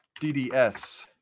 DDS